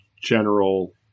general